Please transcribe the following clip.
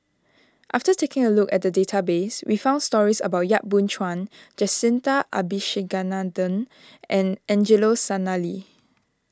after taking a look at the database we found stories about Yap Boon Chuan Jacintha Abisheganaden and Angelo Sanelli